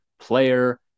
player